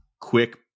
quick